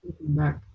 back